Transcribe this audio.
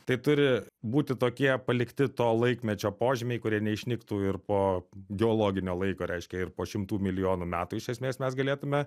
tai turi būti tokie palikti to laikmečio požymiai kurie neišnyktų ir po geologinio laiko reiškia ir po šimtų milijonų metų iš esmės mes galėtume